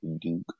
Duke